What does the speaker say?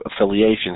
affiliations